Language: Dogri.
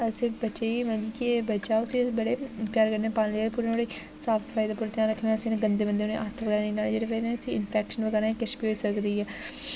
असें बच्चे ई मतलब कि बच्चा उसी असें बड़े प्यार कन्नै पालेआ पूरी नुहाड़ी साफ सफाई दा उप्पर ध्यान रखना असें जेह्ड़े गन्दे बन्दे उ'नें गी ह्त्थ बगैरा नेईं लाने जेह्दी बजह् कन्नै उसी इंफेक्शन बगैरा किश बी होई सकदी ऐ